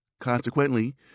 Consequently